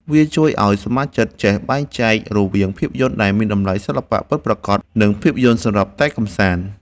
វាជួយឱ្យសមាជិកចេះបែងចែករវាងភាពយន្តដែលមានតម្លៃសិល្បៈពិតប្រាកដ និងភាពយន្តសម្រាប់តែអាជីវកម្ម។